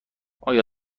آیا